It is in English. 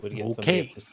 Okay